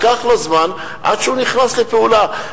לקח לו זמן עד שהוא נכנס לפעולה.